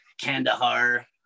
Kandahar